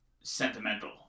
sentimental